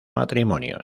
matrimonios